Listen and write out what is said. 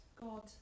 God